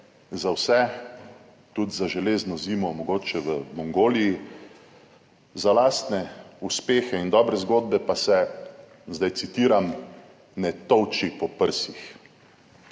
za vse, tudi za železno zimo mogoče v Mongoliji. Za lastne uspehe in dobre zgodbe, pa se zdaj citiram: "Ne tolči po prsih!",